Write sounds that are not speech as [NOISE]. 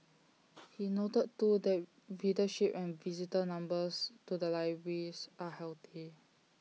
[NOISE] he noted too that readership and visitor numbers to the libraries are healthy